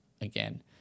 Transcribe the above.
again